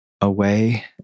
away